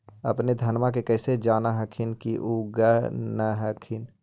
अपने धनमा के कैसे जान हखिन की उगा न हखिन?